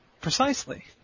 Precisely